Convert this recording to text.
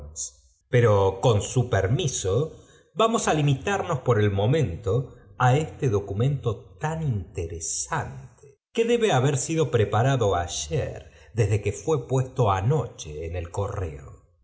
pero con su permiso vamos á limitamos por el momento á este documem to tan interesante que debe haber sido preparado ayer desde que fué puesto anoche en el correo